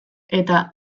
eta